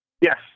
Yes